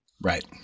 Right